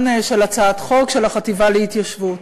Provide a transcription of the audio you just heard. של הצעת חוק של החטיבה להתיישבות.